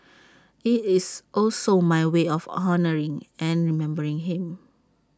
IT is also my way of honouring and remembering him